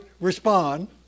respond